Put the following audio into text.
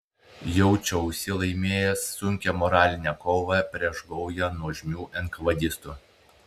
jaučiausi laimėjęs sunkią moralinę kovą prieš gaują nuožmių enkavėdistų